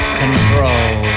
control